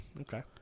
Okay